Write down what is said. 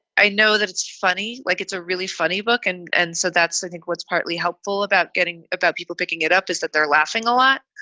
i know that it's funny. like, it's a really funny book. and and so that's i think what's partly helpful about getting about people picking it up is that they're laughing a lot.